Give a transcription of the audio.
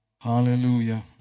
Hallelujah